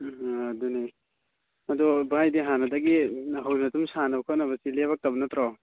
ꯎꯝ ꯑꯗꯨꯅꯦ ꯑꯗꯣ ꯚꯥꯏꯗꯤ ꯍꯥꯟꯅꯗꯒꯤ ꯍꯧꯅ ꯑꯗꯨꯝ ꯁꯥꯟꯅ ꯈꯣꯠꯅꯕꯁꯤ ꯂꯦꯄꯛꯇꯕ ꯅꯠꯇ꯭ꯔꯣ